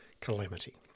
calamity